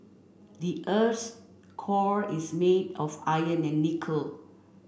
the earth's core is made of iron and nickel